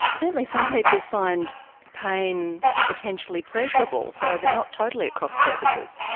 certainly some people find pain potentially pleasurable so they're not totally at cross purposes.